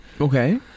okay